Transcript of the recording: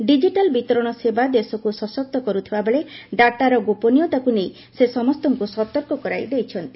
digital ବିତରଣ ସେବା ଦେଶକୁ ସଶକ୍ତ କରୁଥିବାବେଳେ ଡାଟାର ଗୋପନୀୟତାକୁ ନେଇ ସେ ସମସ୍ତଙ୍କୁ ସତର୍କ କରାଇ ଦେଇଛନ୍ତି